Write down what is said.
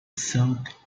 south